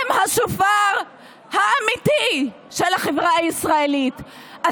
הם השופר האמיתי של החברה הישראלית.